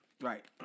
Right